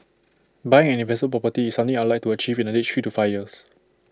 buying an invest property is something I'd like to achieve in the next three to five years